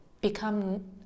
become